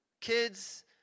Kids